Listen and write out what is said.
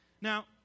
Now